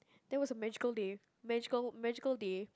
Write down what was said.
that was a magical land magical magical day